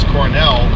Cornell